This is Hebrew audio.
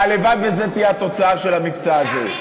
הלוואי שזו תהיה התוצאה של המבצע הזה.